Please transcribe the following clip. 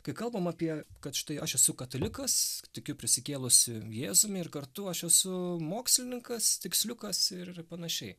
kai kalbam apie kad štai aš esu katalikas tikiu prisikėlusiu jėzumi ir kartu aš esu mokslininkas tiksliukas ir panašiai